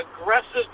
aggressive